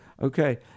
Okay